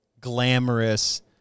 glamorous